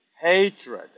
hatred